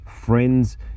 friends